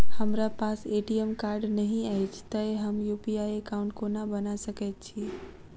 हमरा पास ATM card नहि अछि तए हम यु.पी.आई एकॉउन्ट कोना बना सकैत छी